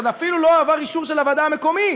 שאפילו עוד לא עבר אישור של הוועדה המקומית,